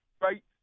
right